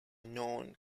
known